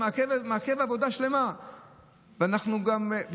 מעכב עבודה שלמה ואי-אפשר,